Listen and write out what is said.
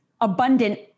abundant